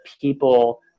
people